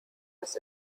des